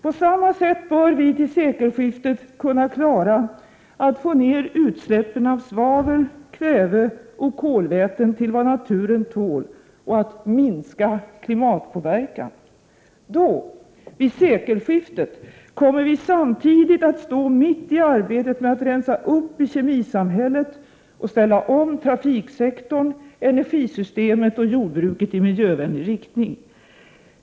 På samma sätt bör vi till sekelskiftet kunna klara att få ner utsläppen av svavel, kväve och kolväten till en nivå som naturen tål och minska påverkan på klimatet. Då, vid sekelskiftet, kommer vi samtidigt att stå mitt i arbetet med att rensa upp i kemisamhället och ställa om trafiksektorn, energisystemet och jordbruket i miljövänlig riktning.